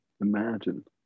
imagine